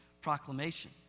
Proclamation